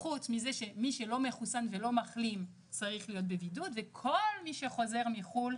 חוץ מזה שמי שלא מחוסן ולא מחלים צריך להיות בבידוד וכל מי שחוזר מחו"ל,